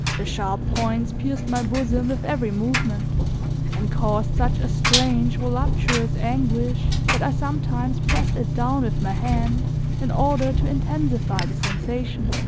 the sharp points pierced my bosom with every movement and caused such a strange voluptuous anguish that i sometimes pressed it down with my hand in order to intensify the sensation.